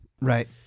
Right